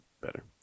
better